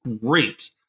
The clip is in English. Great